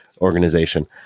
organization